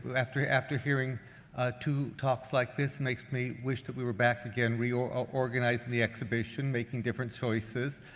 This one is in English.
after after hearing two talks like this, makes me wish that we were back again reorganizing the exhibition, making different choices,